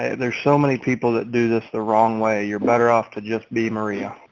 and there's so many people that do this. the wrong way, you're better off to just be maria.